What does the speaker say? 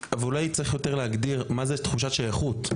שכנראה צריך להגדיר יותר נכון מהי תחושת שייכות,